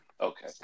Okay